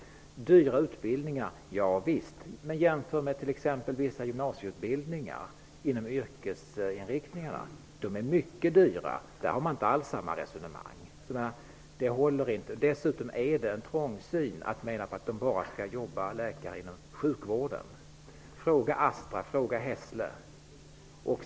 Utbildningarna är dyra, javisst. Men jämför dem med t.ex. vissa yrkesinriktade gymnasieutbildningar! De är mycket dyrare, men när det gäller dem för man inte alls samma resonemang. Det argumentet håller inte. Dessutom är det trångsynt att mena att läkare bara skall jobba inom sjukvården. Fråga Astra och Hässle!